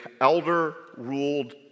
elder-ruled